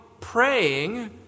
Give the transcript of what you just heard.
praying